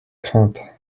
crainte